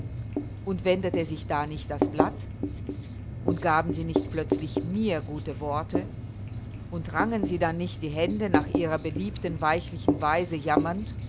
und wendete sich da nicht das blatt und gaben sie nicht plötzlich mir gute worte und rangen sie dann nicht die hände nach ihrer beliebten weichlichen weise jammernd